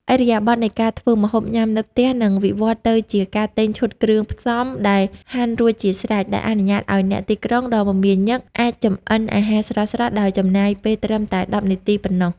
ឥរិយាបថនៃការធ្វើម្ហូបញ៉ាំនៅផ្ទះនឹងវិវត្តទៅជាការទិញ "ឈុតគ្រឿងផ្សំដែលហាន់រួចជាស្រេច" ដែលអនុញ្ញាតឱ្យអ្នកទីក្រុងដ៏មមាញឹកអាចចម្អិនអាហារស្រស់ៗដោយចំណាយពេលត្រឹមតែ ១០ នាទីប៉ុណ្ណោះ។